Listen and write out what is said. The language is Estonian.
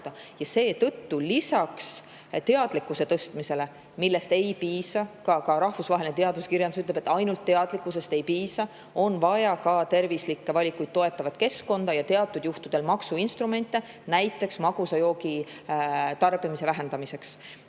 Seetõttu lisaks teadlikkuse tõstmisele, millest ka ei piisa – rahvusvaheline teaduskirjandus ütleb samuti, et ainult teadlikkusest ei piisa –, on vaja tervislikke valikuid toetavat keskkonda ja teatud juhtudel maksuinstrumente, näiteks magusate jookide tarbimise vähendamiseks.